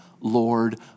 Lord